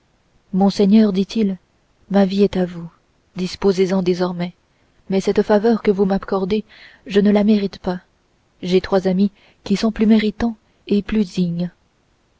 monseigneur dit-il ma vie est à vous disposez en désormais mais cette faveur que vous m'accordez je ne la mérite pas j'ai trois amis qui sont plus méritants et plus dignes